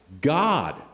God